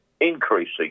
increasing